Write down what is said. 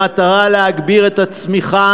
במטרה להגביר את הצמיחה,